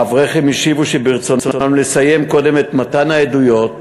האברכים השיבו שברצונם לסיים קודם את מתן העדויות